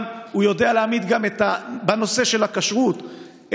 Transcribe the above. גם בנושא של הכשרות,